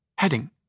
Heading –